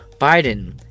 Biden